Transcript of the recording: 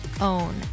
own